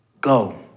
go